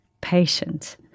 patient